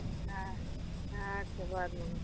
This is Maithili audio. अच्छा बादमे गप करब